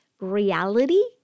reality